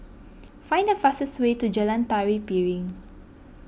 find the fastest way to Jalan Tari Piring